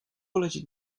elegit